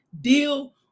Deal